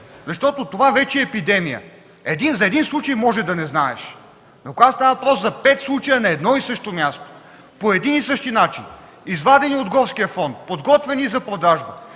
защото това вече е епидемия? За един случай можеш да не знаеш, но когато става въпрос за пет случая на едно и също място, по един и същи начин, извадени от горския фонд, подготвени за продажба,